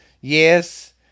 Yes